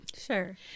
Sure